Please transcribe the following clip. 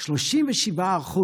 37%,